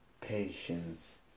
patience